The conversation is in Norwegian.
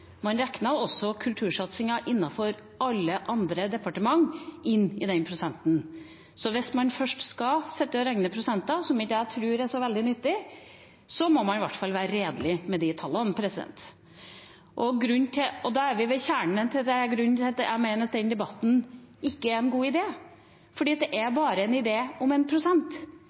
man regnet også kultursatsingen innenfor andre departementer inn i den prosenten. Så hvis man først skal sitte og regne prosenter – som jeg ikke tror er så veldig nyttig – må man i hvert fall være redelig med de tallene. Og da er vi ved kjernen og grunnen til at jeg mener at den debatten ikke er en god idé – for det er bare en idé om 1 pst. Jeg vil ha en